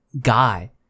guy